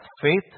faith